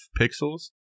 pixels